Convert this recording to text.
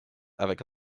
avec